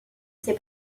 ces